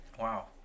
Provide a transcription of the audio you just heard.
Wow